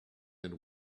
and